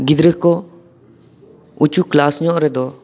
ᱜᱤᱫᱽᱨᱟᱹ ᱠᱚ ᱩᱪᱩ ᱠᱞᱟᱥ ᱧᱚᱜ ᱨᱮᱫᱚ